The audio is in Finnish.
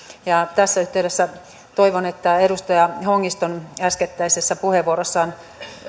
tässä yhteydessä toivon että edustaja hongiston äskettäisessä puheenvuorossaan